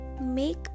make